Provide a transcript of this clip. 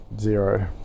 Zero